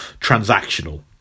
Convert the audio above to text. Transactional